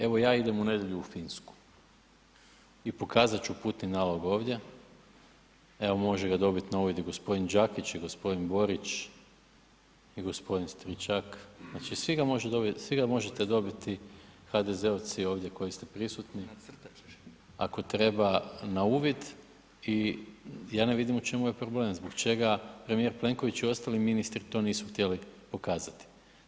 Evo ja idem u nedjelju u Finsku i pokazat ću putni nalog ovdje, evo može ga dobit na uvid i g. Đakić i g. Borić i g. Stričak, znači svi ga možete dobiti HDZ-ovci ovdje koji ste prisutni ako treba na uvid i ja ne vidim u čemu je problem, zbog čega premijer Plenković i ostali ministri to nisu htjeli to pokazati.